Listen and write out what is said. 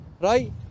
Right